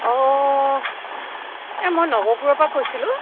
অঁ এই মই নৱপুৰৰ পৰা কৈছিলোঁ